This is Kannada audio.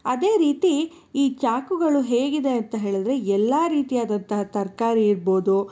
ಅದೇ ರೀತಿ ಈ ಚಾಕುಗಳು ಹೇಗಿದೆ ಅಂತ ಹೇಳಿದರೆ ಎಲ್ಲ ರೀತಿಯಾದಂತಹ ತರಕಾರಿ ಇರ್ಬೋದು